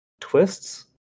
twists